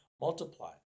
multiply